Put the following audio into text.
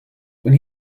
when